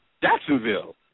Jacksonville